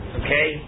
okay